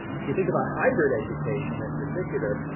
if you think about hybrid education in particular,